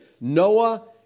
Noah